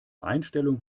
einstellung